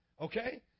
Okay